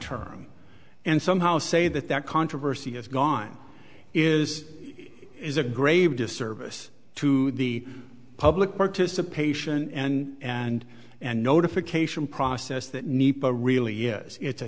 term and somehow say that that controversy is gone is is a grave disservice to the public participation and and and notification process that need to really yes it's a